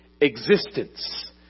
existence